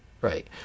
Right